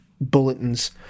bulletins